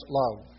love